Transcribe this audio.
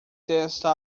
testa